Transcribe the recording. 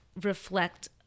reflect